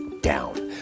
down